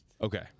Okay